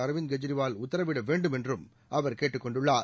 அரவிந்த் கெஜ்ரிவால் உத்தரவிட வேண்டும் என்றும் அவா் கேட்டுக் கொண்டுள்ளார்